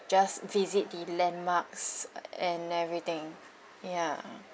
just visit the landmarks and everything yeah mm okay